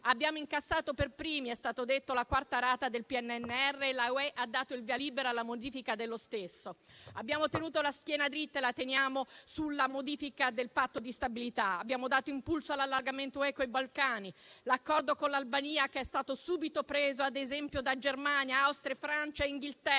Abbiamo incassato per primi - è stato detto - la quarta rata del PNRR e l'Unione europea ha dato il via libera alla modifica dello stesso. Abbiamo tenuto la schiena dritta e la teniamo sulla modifica del Patto di stabilità. Abbiamo dato impulso all'allargamento ai Balcani. L'accordo con l'Albania è stato subito preso ad esempio da Germania, Austria, Francia e Inghilterra.